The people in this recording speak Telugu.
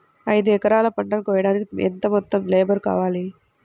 ఐదు ఎకరాల పంటను కోయడానికి యెంత మంది లేబరు కావాలి?